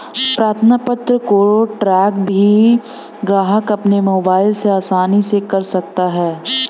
प्रार्थना पत्र को ट्रैक भी ग्राहक अपने मोबाइल से आसानी से कर सकता है